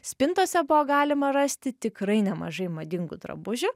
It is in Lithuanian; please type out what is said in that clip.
spintose buvo galima rasti tikrai nemažai madingų drabužių